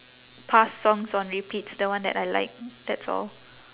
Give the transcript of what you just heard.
past songs on repeats the one that I like that's all